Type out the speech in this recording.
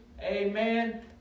Amen